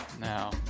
Now